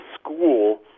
school